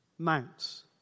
Mounts